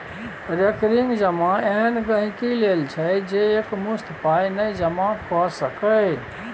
recurring जमा एहन गांहिकी लेल छै जे एकमुश्त पाइ नहि जमा कए सकैए